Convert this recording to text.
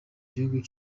gihugu